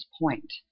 Point